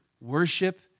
worship